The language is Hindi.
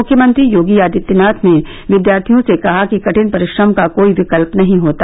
मुख्यमंत्री योगी आदित्यनाथ ने विद्यार्थियों से कहा कि कठिन परिश्रम का कोई विकल्प नहीं होता